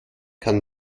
kann